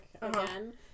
again